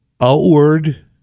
Outward